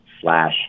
slash